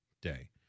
Day